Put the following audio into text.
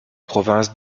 province